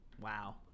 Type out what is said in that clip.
Wow